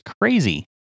crazy